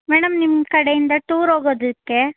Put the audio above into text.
madam ನಿಮ್ಮ ಕಡೆಯಿಂದ tour ಹೋಗೋದಕ್ಕೆ